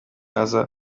aza